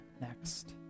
next